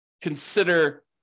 consider